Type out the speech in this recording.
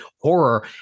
horror